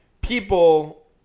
people